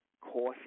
caution